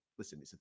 Listen